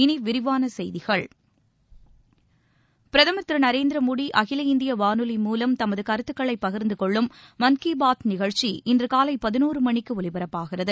இனி விரிவான செய்திகள் பிரதமர் திரு நரேந்திர மோடி அகில இந்திய வானொலி மூலம் தமது கருத்துக்களை பகிர்ந்து கொள்ளும் மான் கி பாத் நிகழ்ச்சி இன்று காலை பதினோரு மணிக்கு ஒலிபரப்பாகிறது